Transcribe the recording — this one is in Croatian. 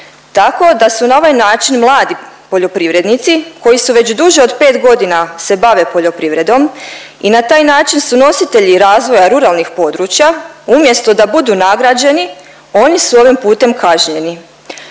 Tako da su na ovaj način mladi poljoprivrednici koji su već duže od 5.g. se bave poljoprivredom i na taj način su nositelji razvoja ruralnih područja umjesto da budu nagrađeni oni su ovim putem kažnjeni.